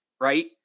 Right